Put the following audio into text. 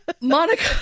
monica